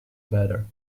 better